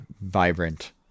vibrant